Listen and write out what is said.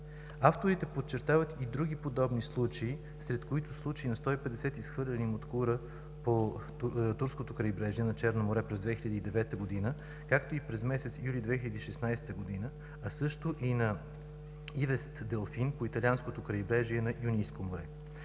Авторите подчертават и други подобни случаи, сред които са случаи на 150 изхвърлени муткура по турското крайбрежие на Черно море през 2009 г., както и през месец юли 2016 г., а също и на ивичест делфин по италианското крайбрежие на Йонийско море.